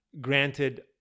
granted